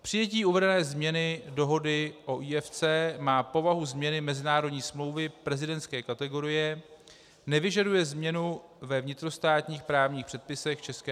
Přijetí uvedené změny dohody o IFC má povahu změny mezinárodní smlouvy prezidentské kategorie, nevyžaduje změnu ve vnitrostátních právních předpisech ČR.